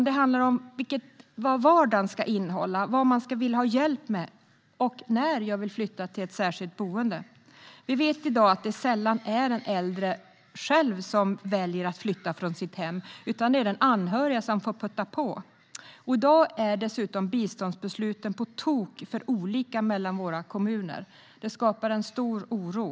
Det handlar om vad vardagen ska innehålla, vad man vill ha hjälp med och när man vill flytta till ett särskilt boende. Vi vet i dag att det sällan är den äldre själv som väljer att flytta från sitt hem utan att det är anhöriga som får putta på. I dag är dessutom biståndsbesluten på tok för olika mellan våra kommuner, vilket skapar stor oro.